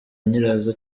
nyirazo